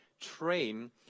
train